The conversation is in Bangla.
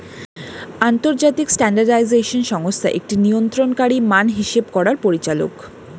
আন্তর্জাতিক স্ট্যান্ডার্ডাইজেশন সংস্থা একটি নিয়ন্ত্রণকারী মান হিসেব করার পরিচালক